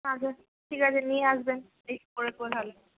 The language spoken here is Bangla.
আচ্ছা ঠিক আছে নিয়ে আসবেন ফিটিংস করার কথা ভাবি